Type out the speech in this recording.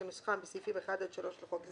כנוסחם בסעיפים 1 עד 3 לחוק זה,